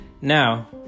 now